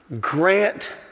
Grant